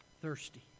thirsty